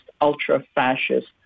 ultra-fascist